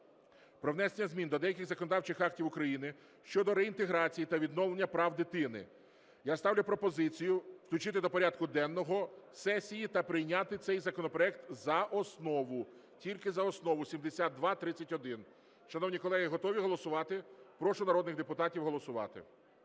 про внесення змін до деяких законодавчих актів України щодо реінтеграції та відновлення прав дитини. Я ставлю пропозицію включити до порядку денного сесії та прийняти цей законопроект за основу, тільки за основу, 7231. Шановні колеги, готові голосувати? Прошу народних депутатів голосувати.